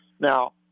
Now